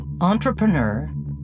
entrepreneur